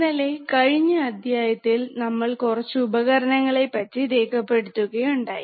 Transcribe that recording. ഇന്നലെ കഴിഞ്ഞ അദ്ധ്യായത്തിൽ നമ്മൾ കുറച്ചു ഉപകരണങ്ങളെ പറ്റി രേഖപ്പെടുത്തുകയുണ്ടായി